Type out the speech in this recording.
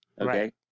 okay